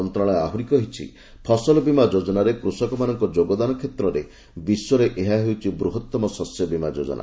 ମନ୍ତ୍ରଣାଳୟ ଆହୁରି କହିଛି ଫସଲବୀମା ଯୋଜନାରେ କୃଷକମାନଙ୍କ ଯୋଗଦାନ କ୍ଷେତ୍ରରେ ବିଶ୍ୱରେ ଏହା ହେଉଛି ବୃହତମ ଶସ୍ୟବୀମା ଯୋଜନା